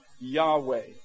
Yahweh